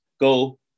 go